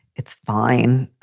it's fine.